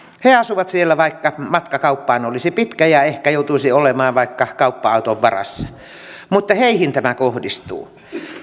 he asuvat siellä vaikka matka kauppaan olisi pitkä ja ehkä joutuisi olemaan vaikka kauppa auton varassa heihin tämä kohdistuu